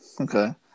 Okay